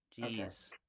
Jeez